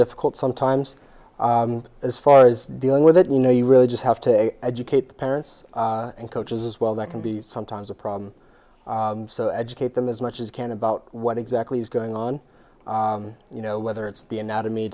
difficult sometimes as far as dealing with it you know you really just have to educate the parents and coaches as well that can be sometimes a problem so educate them as much as can about what exactly is going on you know whether it's the anatomy